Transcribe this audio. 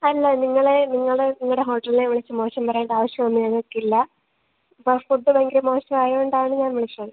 അല്ല നിങ്ങളെ നിങ്ങളെ നിങ്ങളുടെ ഹോട്ടലിനെ വിളിച്ച് മോശം പറയേണ്ട ആവശ്യം ഒന്നും ഞങ്ങൾക്കില്ല അപ്പം ആ ഫുഡ്ഡ് ഭയങ്കര മോശം ആയതുകൊണ്ടാണ് ഞാൻ വിളിച്ചത്